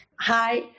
Hi